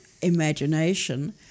imagination